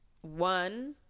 One